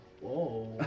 Whoa